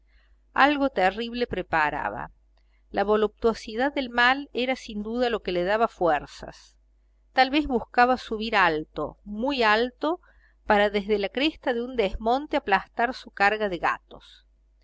algo terrible preparaba la voluptuosidad del mal era sin duda lo que le daba fuerzas tal vez buscaba subir alto muy alto para desde la cresta de un desmonte aplastar su carga de gatos